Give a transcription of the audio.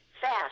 fast